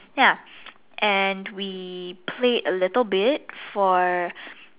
ya and we played a little bit for